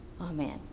Amen